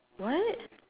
what